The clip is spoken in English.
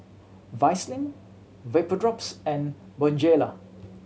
Vaselin Vapodrops and Bonjela